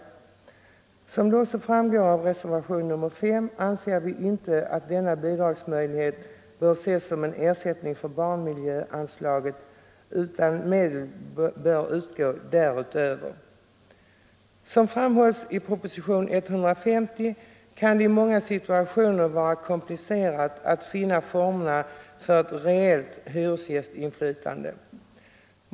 Såsom också framgår av reservationen 5 anser vi inte att denna bidragsmöjlighet bör ses som en ersättning för barnmiljöanslaget, utan medel bör utgå därutöver. Som framhålls i proposition 150 kan det i många situationer vara komplicerat att finna formerna för ett reellt hyresgästinflytande.